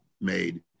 made